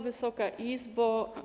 Wysoka Izbo!